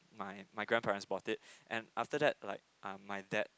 my my grandparents bought it and after that like um my dad